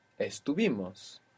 Estuvimos